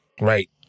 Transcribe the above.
Right